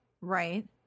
Right